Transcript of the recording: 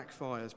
backfires